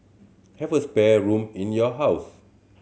have a spare room in your house